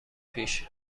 پیش